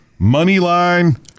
Moneyline